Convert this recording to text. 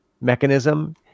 mechanism